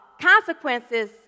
consequences